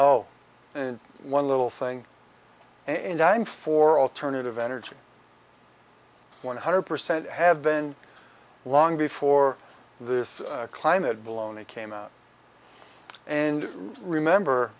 zero and one little thing and i'm for alternative energy one hundred percent have been long before this climate baloney came out and remember